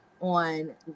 on